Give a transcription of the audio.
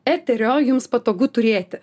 eterio jums patogu turėti